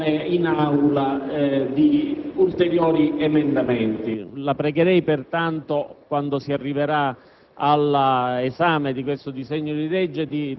per consentire la presentazione in Aula di ulteriori emendamenti. La pregherei, pertanto, quando si arriverà